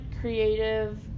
creative